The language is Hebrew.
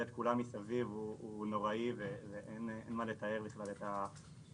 את כולם מסביב הוא נוראי ואין מה לתאר את ההשלכות